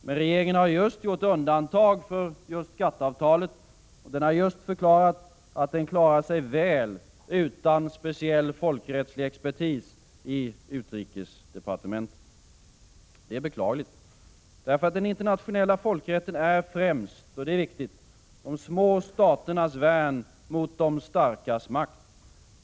Men regeringen har just gjort undantag för GATT-avtalet, och den har just förklarat att den klarar sig väl utan speciell folkrättslig expertis i utrikesdepartementet. Detta är beklagligt. Den internationella folkrätten är främst, och det är viktigt, de små staternas värn mot de starkas makt.